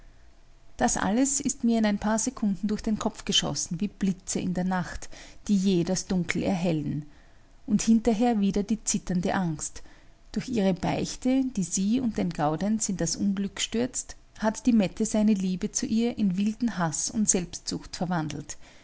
das alles ist mir in ein paar sekunden durch den kopf geschossen wie blitze in der nacht die jäh das dunkel erhellen und hinterher wieder die zitternde angst durch ihre beichte die sie und den gaudenz in das unglück stürzt hat die mette seine liebe zu ihr in wilden haß und selbstsucht verwandelt